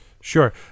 sure